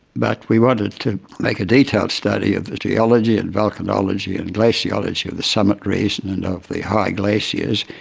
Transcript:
but we wanted to make a detailed study of the geology and volcanology and glaciology of the summit region and of the high glaciers.